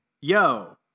yo